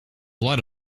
lot